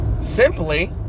simply